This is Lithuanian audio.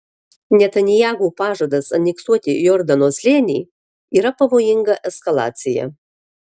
netanyahu pažadas aneksuoti jordano slėnį yra pavojinga eskalacija